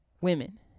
women